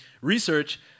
research